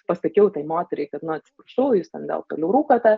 pasakiau tai moteriai kad nu atsiprašau jūs ten vėl toliau rūkote